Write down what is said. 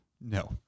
No